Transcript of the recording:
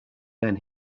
then